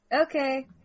Okay